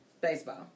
baseball